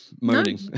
moaning